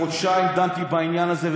חודשיים דנתי בעניין הזה,